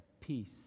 peace